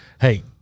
hey